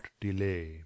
delay